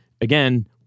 again